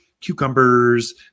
cucumbers